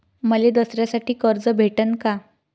मले दसऱ्यासाठी कर्ज भेटन का?